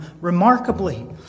remarkably